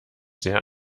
sehr